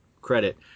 credit